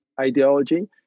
ideology